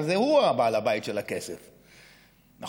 הרי הוא בעל הבית של הכסף, נכון?